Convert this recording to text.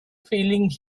feeling